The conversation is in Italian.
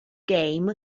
game